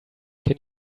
can